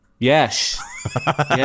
Yes